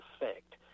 effect